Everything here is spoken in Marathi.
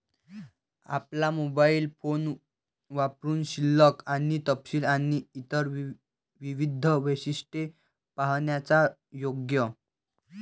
आपला मोबाइल फोन वापरुन शिल्लक आणि तपशील आणि इतर विविध वैशिष्ट्ये पाहण्याचा योग